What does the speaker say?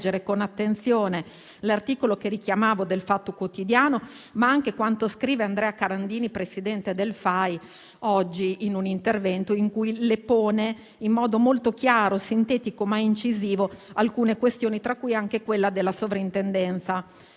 con attenzione l'articolo che richiamavo de «il Fatto Quotidiano», ma anche quanto scrive oggi Andrea Carandini, presidente del FAI, in un intervento in cui le pone in modo molto chiaro, sintetico, ma incisivo, alcune questioni, tra cui anche quella della sovrintendenza